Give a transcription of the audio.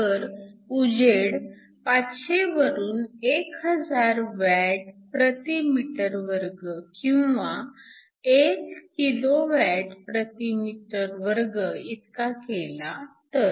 तर उजेड 500 वरून 1000 W m 2 किंवा 1KWm 2 इतका केला तर